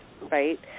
right